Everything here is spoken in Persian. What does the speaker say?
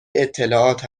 اطلاعات